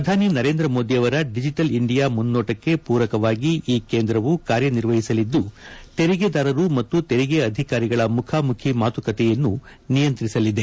ಪ್ರಧಾನಿ ನರೇಂದ್ರ ಮೋದಿಯವರ digital India ಮುನ್ನೋಟಕ್ನೆ ಪೂರಕವಾಗಿ ಈ ಕೇಂದ್ರವು ಕಾರ್ಯ ನಿರ್ವಹಿಸಲಿದ್ದು ತೆರಿಗೆದಾರರು ಮತ್ತು ತೆರಿಗೆ ಅಧಿಕಾರಿಗಳ ಮುಖಾಮುಖಿ ಮಾತುಕತೆಯನ್ನು ನಿಯಂತ್ರಿಸಲಿದೆ